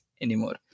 anymore